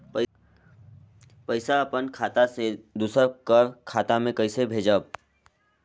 पइसा अपन खाता से दूसर कर खाता म कइसे भेजब?